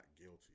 guilty